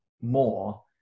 more